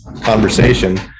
conversation